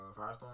Firestorm